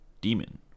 demon